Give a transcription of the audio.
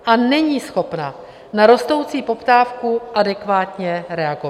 A není schopna na rostoucí poptávku adekvátně reagovat.